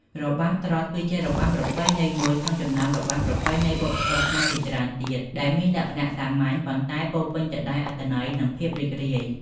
របាំត្រុដិគឺជារបាំប្រពៃណីមួយក្នុងចំណោមរបាំប្រពៃណីវប្បធម៌ខ្មែរជាច្រើនទៀតដែលមានលក្ខណៈសាមញ្ញ ប៉ុន្តែពោរពេញទៅដោយអត្ថន័យ និងភាពរីករាយ។